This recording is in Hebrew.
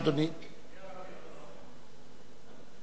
אחריו,